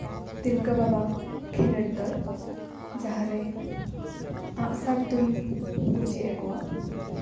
ᱛᱤᱞᱠᱟᱹ ᱵᱟᱵᱟ ᱠᱷᱮᱞᱳᱰ ᱫᱚᱞ ᱡᱟᱦᱟᱸᱨᱮ ᱟᱜᱼᱥᱟᱨ ᱛᱩᱧ ᱠᱚ ᱪᱮᱫ ᱟᱠᱚᱣᱟ